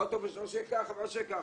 אוטובוס עושה ככה ועושה ככה,